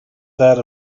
that